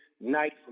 night